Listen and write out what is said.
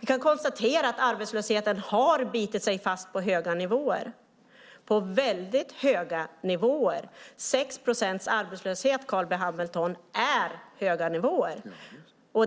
Vi kan konstatera att arbetslösheten har bitit sig fast på en väldigt hög nivå. 6 procents arbetslöshet, Carl B Hamilton, är en hög nivå.